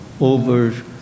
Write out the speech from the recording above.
over